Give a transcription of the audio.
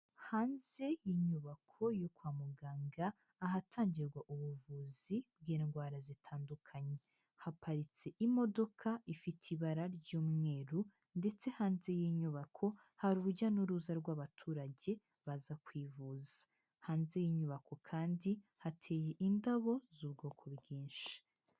Hanze y'inyubako yo kwa muganga, ahatangirwa ubuvuzi bw'indwara zitandukanye, haparitse imodoka ifite ibara ry'umweru ndetse hanze y'inyubako hari urujya n'uruza rw'abaturage baza kwivuza. Hanze y'inyubako kandi hateye indabo z'ubwoko bwinshi.